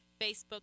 Facebook